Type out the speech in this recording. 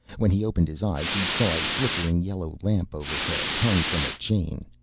when he opened his eyes he saw a flickering yellow lamp overhead, hung from a chain.